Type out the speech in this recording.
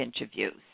interviews